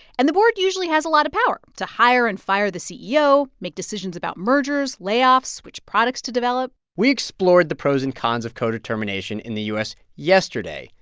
and the board usually has a lot of power to hire and fire the ceo, make decisions about mergers, layoffs, which products to develop we explored the pros and cons of codetermination in the u s. yesterday,